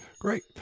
Great